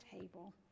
table